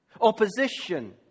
opposition